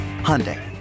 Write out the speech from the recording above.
Hyundai